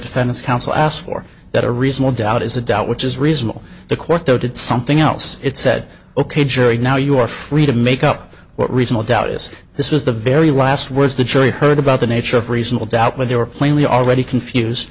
defense counsel asked for that a reasonable doubt is a doubt which is reasonable the court though did something else it said ok jury now you are free to make up what reasonable doubt is this was the very last words the jury heard about the nature of reasonable doubt when they were plainly already confused